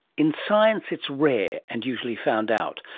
in science it's rare, and usually found out,